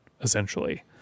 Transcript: essentially